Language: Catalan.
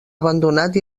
abandonat